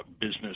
business